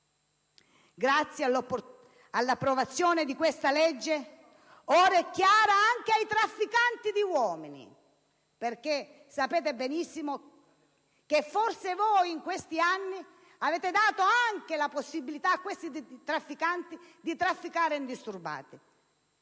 Grazie all'approvazione di questa legge, una cosa ora è chiara anche ai trafficanti di uomini (perché sapete benissimo che in questi anni voi avete dato forse la possibilità a questi trafficanti di agire indisturbati):